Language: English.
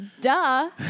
Duh